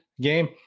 game